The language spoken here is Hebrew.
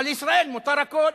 אבל לישראל מותר הכול.